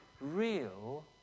real